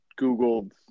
Googled